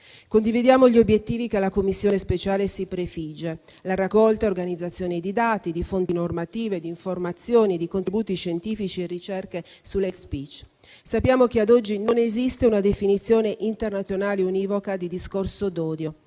Condividiamo gli obiettivi che la Commissione speciale si prefigge: la raccolta e organizzazione di dati, di fonti normative, di informazioni, di contributi scientifici e ricerche sull'*hate speech*. Sappiamo che ad oggi non esiste una definizione internazionale univoca di discorso d'odio.